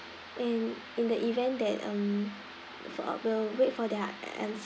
and in the event that um for I'll we'll wait for their answer